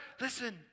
listen